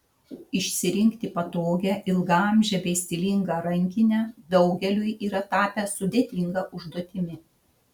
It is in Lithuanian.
išsirinkti patogią ilgaamžę bei stilingą rankinę daugeliui yra tapę sudėtinga užduotimi